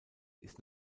ist